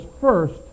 first